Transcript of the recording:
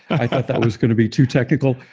i thought that was going to be too technical,